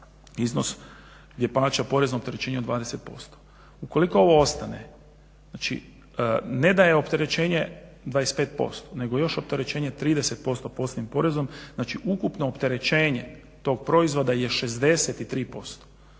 iznos gdje plaća porezno opterećenje od 20%. Ukoliko ovo ostane znači ne da je opterećenje 25%, nego je još opterećenje 30% posebnim porezom, znači ukupno opterećenje tog proizvoda je 63%.